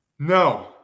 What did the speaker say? No